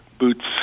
Boots